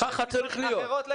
זה -- -אחרות לגמרי.